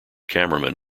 cameraman